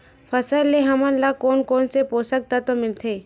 फसल से हमन ला कोन कोन से पोषक तत्व मिलथे?